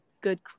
good